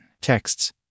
Texts